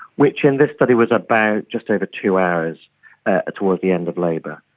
which in this study was about just over two hours ah towards the end of labour.